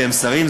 שהם שרים,